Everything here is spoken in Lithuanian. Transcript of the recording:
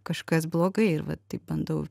kažkas blogai ir va taip bandau